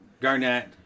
Garnett